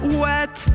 wet